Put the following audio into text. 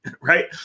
right